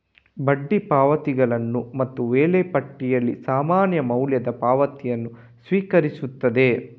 ಬಡ್ಡಿ ಪಾವತಿಗಳನ್ನು ಮತ್ತು ವೇಳಾಪಟ್ಟಿಯಲ್ಲಿ ಸಮಾನ ಮೌಲ್ಯದ ಪಾವತಿಯನ್ನು ಸ್ವೀಕರಿಸುತ್ತದೆ